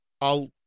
I'll-